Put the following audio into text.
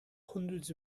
hundreds